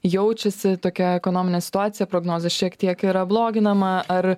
jaučiasi tokia ekonominė situacija prognozė šiek tiek yra bloginama ar